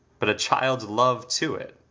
but a child's love to it.